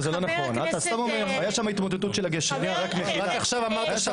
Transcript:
אני מבקשת